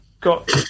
got